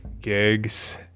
gigs